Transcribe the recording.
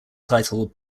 title